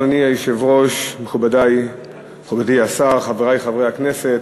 אדוני היושב-ראש, מכובדי השר, חברי חברי הכנסת,